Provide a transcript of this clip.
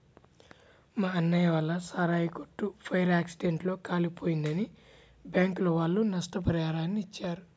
మా అన్నయ్య వాళ్ళ సారాయి కొట్టు ఫైర్ యాక్సిడెంట్ లో కాలిపోయిందని బ్యాంకుల వాళ్ళు నష్టపరిహారాన్ని ఇచ్చారు